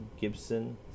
Gibson